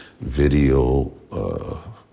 video